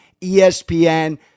ESPN